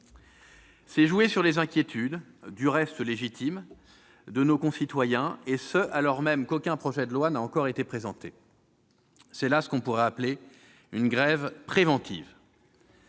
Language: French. C'est jouer sur les inquiétudes, du reste légitimes, de nos concitoyens, et ce alors même qu'aucun projet de loi n'a encore été présenté. On pourrait appeler cela une grève préventive.